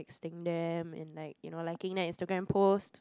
texting them and like you know liking their Instagram post